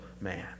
man